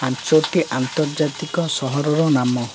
ପାଞ୍ଚୋଟି ଆନ୍ତର୍ଜାତିକ ସହରର ନାମ